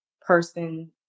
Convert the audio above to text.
person